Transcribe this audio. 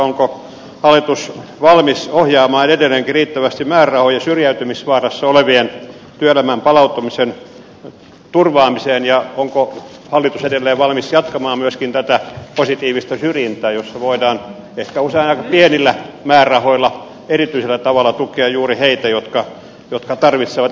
onko hallitus valmis ohjaamaan edelleenkin riittävästi määrärahoja syrjäytymisvaarassa olevien työelämään palautumisen turvaamiseen ja onko hallitus edelleen valmis jatkamaan myöskin tätä positiivista syrjintää jossa voidaan ehkä usein aika pienillä määrärahoilla erityisellä tavalla tukea juuri heitä jotka tarvitsevat erityistä tukea